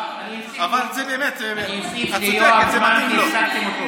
באמת את צודקת, זה מתאים לו.